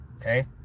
Okay